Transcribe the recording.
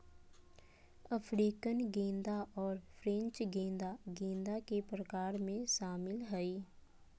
African गेंदा और French गेंदा गेंदा के प्रकार में शामिल हइ